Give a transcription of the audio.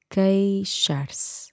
Queixar-se